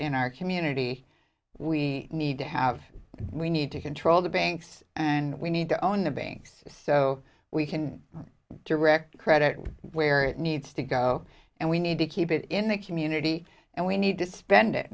in our community we need to have we need to control the banks and we need to own the banks so we can direct credit where it needs to go and we need to keep it in the community and we need to spend it